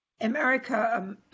America